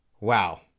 wow